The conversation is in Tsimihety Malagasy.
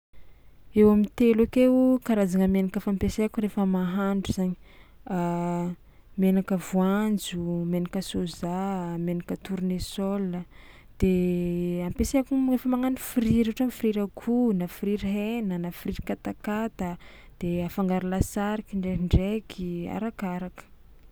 Eo am'telo akeo karazagna menaka fampiasaiko rehefa mahandro zany: menaka voanjo, menaka soja, menaka tournesol de ampiasaiko rehefa magnano frira ohatra hoe frira akoha na frira hena na frira katakata de afangaro lasary kindraindraiky, arakaraka.